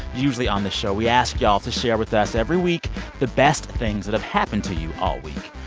usually, on this show, we ask you all to share with us every week the best things that have happened to you all week.